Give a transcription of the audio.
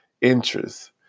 interest